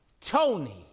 Tony